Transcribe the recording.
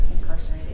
incarcerated